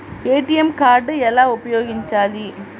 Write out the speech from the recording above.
ATM card ఎలా ఉపయోగించాలి?